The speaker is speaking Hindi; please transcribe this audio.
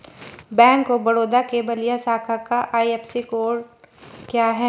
बैंक ऑफ बड़ौदा के बलिया शाखा का आई.एफ.एस.सी कोड क्या है?